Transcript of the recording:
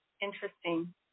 Interesting